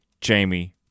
jamie